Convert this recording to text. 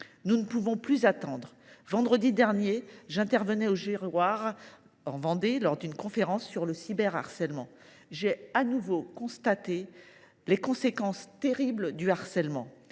nous ne pouvons plus attendre. Vendredi dernier, j’intervenais au Girouard, en Vendée, dans le cadre d’une conférence sur le cyberharcèlement. J’ai de nouveau pu y constater les conséquences terribles du harcèlement.